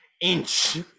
inch